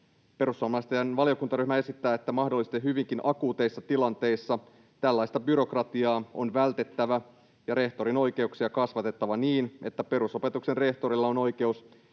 Perussuomalaisten valiokuntaryhmä esittää, että mahdollisesti hyvinkin akuuteissa tilanteissa tällaista byrokratiaa on vältettävä ja rehtorin oikeuksia kasvatettava niin, että perusopetuksen rehtorilla on oikeus